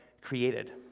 created